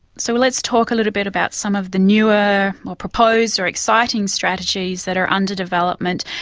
so let's talk a little bit about some of the newer or proposed or exciting strategies that are under development,